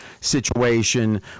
situation